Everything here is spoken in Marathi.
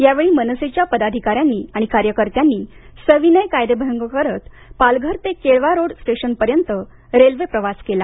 यावेळी मनसेच्या पदाधिकाऱ्यांनी आणि कार्यकर्त्यांनी सविनय कायदेभंग करत पालघर ते केळवा रोड स्टेशन पर्यंत रेल्वे प्रवास केला